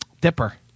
dipper